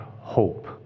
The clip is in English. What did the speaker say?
hope